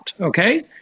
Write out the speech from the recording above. okay